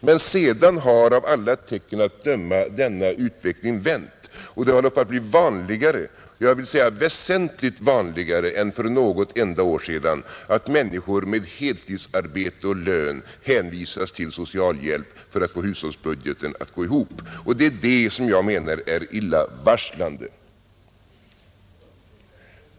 Men sedan har av alla tecken att döma denna utveckling vänt, och det håller på att bli vanligare, jag vill säga väsentligt vanligare, än för något enda år sedan att människor med heltidsarbete och lön hänvisas till socialhjälpen för att få hushållsbudgeten att gå ihop. Det är det som jag menar är illavarslande.